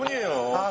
you